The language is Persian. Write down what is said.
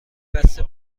بسته